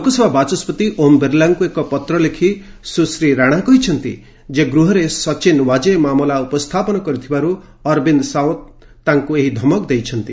ଲୋକସଭା ବାଚସ୍କତି ଓମ୍ ବିର୍ଲାଙ୍କୁ ଏକ ପତ୍ର ଲେଖି ସୁଶ୍ରୀ ରାଣା କହିଛନ୍ତି ଯେ ଗୃହରେ ସଚିନ ଓ୍ୱାଜେ ମାମଲା ଉପସ୍ଥାପନ କରିଥିବାରୁ ଅରବିନ୍ଦ ସାୱନ୍ତ ତାଙ୍କୁ ଏହି ଧମକ ଦେଇଛନ୍ତି